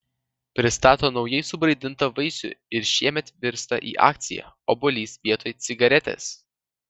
pristato naujai subrandintą vaisių ir šiemet virsta į akciją obuolys vietoj cigaretės